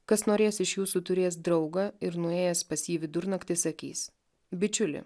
kas norės iš jūsų turės draugą ir nuėjęs pas jį vidurnaktį sakys bičiuli